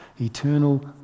eternal